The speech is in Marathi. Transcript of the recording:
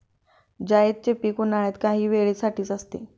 जायदचे पीक उन्हाळ्यात काही वेळे साठीच असते